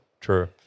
true